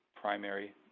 primary